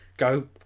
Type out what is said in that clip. go